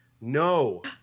No